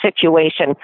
situation